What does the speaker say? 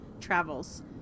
travels